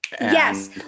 Yes